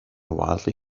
wildly